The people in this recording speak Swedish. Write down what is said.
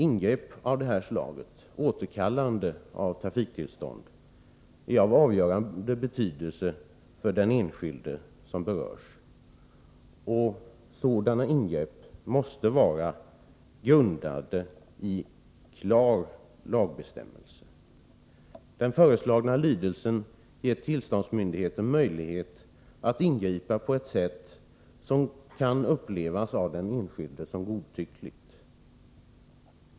Ingrepp av detta slag, återkallande av meddelat trafiktillstånd, är av avgörande betydelse för den enskilde. Sådana ingrepp måste vara grundade i klart formulerad lagbestämmelse. Den föreslagna lydelsen ger tillståndsmyndigheten möjlighet att ingripa på ett sätt som av den enskilde kan upplevas som godtyckligt.